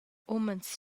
umens